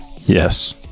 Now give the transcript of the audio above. Yes